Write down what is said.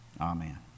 Amen